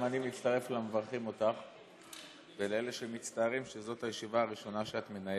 אל תיתן לי שתהיה אתה הראשון שאני אקרא לסדר.